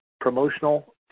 promotional